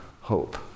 hope